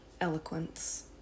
eloquence